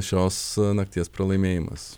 šios nakties pralaimėjimas